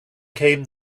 came